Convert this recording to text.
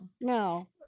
No